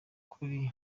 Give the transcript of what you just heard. kuri